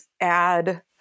add